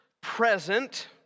present